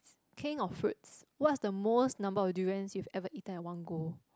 king of fruits what's the most number of durians you've ever eaten at one go